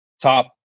top